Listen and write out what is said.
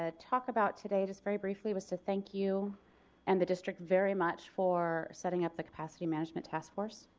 ah talk about today just very briefly was to thank you and the district very much for setting up the capacity management task force.